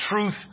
truth